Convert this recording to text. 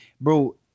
bro